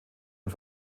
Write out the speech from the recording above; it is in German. und